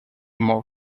more